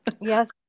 Yes